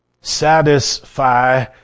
satisfy